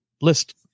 list